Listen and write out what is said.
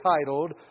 titled